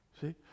See